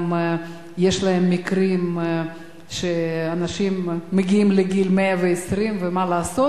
יש אצלם מקרים שאנשים מגיעים לגיל 120, ומה לעשות?